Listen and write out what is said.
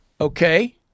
Okay